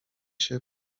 się